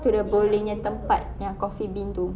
to the bowling punya tempat yang coffee bean itu